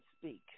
speak